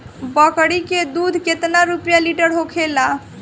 बकड़ी के दूध केतना रुपया लीटर होखेला?